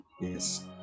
Yes